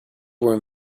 were